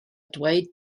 dweud